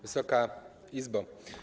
Wysoka Izbo!